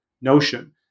notion